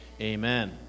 amen